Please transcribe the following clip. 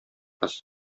кыз